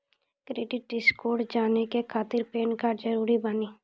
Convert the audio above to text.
Credit score जाने के खातिर पैन कार्ड जरूरी बानी?